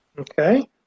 Okay